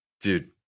Dude